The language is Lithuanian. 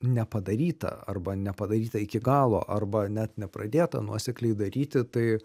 nepadaryta arba nepadaryta iki galo arba net nepradėta nuosekliai daryti tai